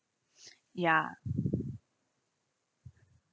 ya